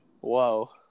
Whoa